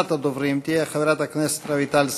אחרונת הדוברים תהיה חברת הכנסת רויטל סויד.